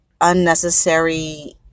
unnecessary